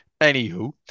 Anywho